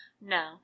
no